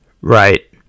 Right